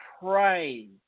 pray